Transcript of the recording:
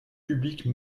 publique